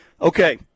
okay